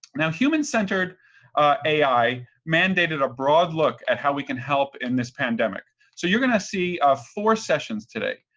now human-centered ai mandated a broad look at how we can help in this pandemic. so you're going to see ah four sessions today.